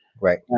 Right